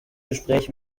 gespräch